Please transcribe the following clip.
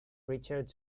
richard